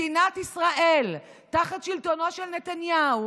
מדינת ישראל תחת שלטונו של נתניהו